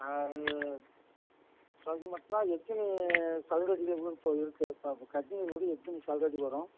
ஆ அது சரி மொத்தமாக எத்தினி சதுரடியில் வீடு இப்போ இருக்குது இப்போ கட்டின வீடு எத்தினி சதுரடி வரும்